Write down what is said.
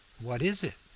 what is it?